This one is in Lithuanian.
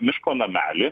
miško namelį